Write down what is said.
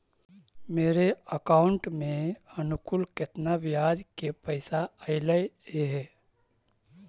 मेरे अकाउंट में अनुकुल केतना बियाज के पैसा अलैयहे?